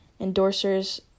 endorsers